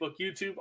YouTube